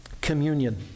Communion